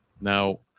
Now